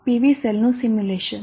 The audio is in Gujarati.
પીવી સેલનું સિમ્યુલેશન